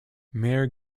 mayor